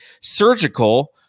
surgical